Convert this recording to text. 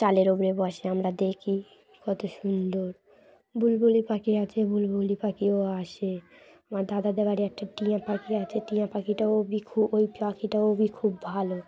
চালের ওপরে বসে আমরা দেখি কত সুন্দর বুলবুলি পাখি আছে বুলবুলি পাখিও আসে আমার দাদাদের বাড়ি একটা টিঁয়া পাখি আছে টিঁয়া পাখিটাও খু ওই পাখিটাও খুব ভালো